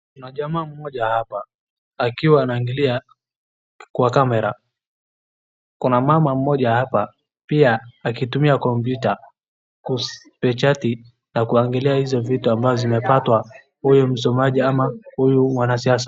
Kuna jamaa mmoja hapa akiwa anaangalia kwa [cscamera .kuna mama mmoja hapa pia akitumia kompyuta ku chat na kuangalia hizo vitu ambazo zimepatwa huyo msomaji ama huyu mwanasiasa.